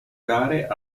gare